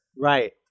Right